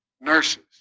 nurses